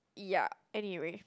ya anyway